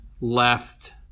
left –